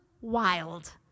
wild